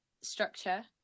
structure